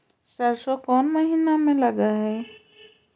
सरसों कोन महिना में लग है?